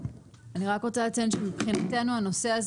אני רק רוצה לציין שמבחינתנו הנושא הזה